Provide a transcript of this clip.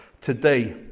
today